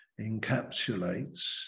encapsulates